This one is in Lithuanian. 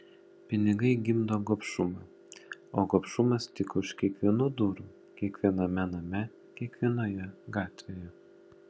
pinigai gimdo gobšumą o gobšumas tyko už kiekvienų durų kiekviename name kiekvienoje gatvėje